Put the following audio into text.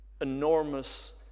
enormous